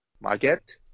market